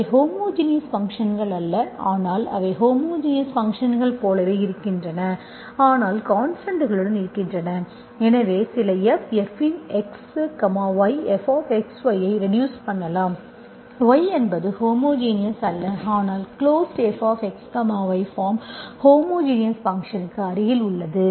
அவை ஹோமோஜினஸ் ஃபங்க்ஷன்கள் அல்ல ஆனால் அவை ஹோமோஜினஸ் ஃபங்க்ஷன் போலவே இருக்கின்றன ஆனால் கான்ஸ்டன்ட்களுடன் இருக்கின்றன எனவே சில F f இன் x y fxy ஐக் ரெடியூஸ் பண்ணலாம் y என்பது ஹோமோஜினஸ் அல்ல ஆனால் கிளோஸ்ட் fxy பார்ம் ஹோமோஜினஸ் ஃபங்க்ஷன்ற்கு அருகில் உள்ளது